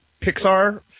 Pixar